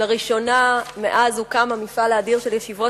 לראשונה מאז הוקם המפעל האדיר של ישיבות